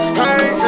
hey